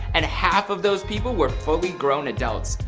and half of those people were fully grown adults.